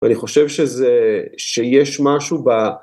ואני חושב שזה, שיש משהו ב...